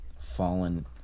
fallen